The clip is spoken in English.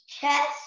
chest